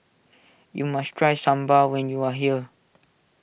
you must try Sambal when you are here